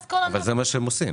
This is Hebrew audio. אבל זה מה שהם עושים,